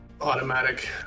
automatic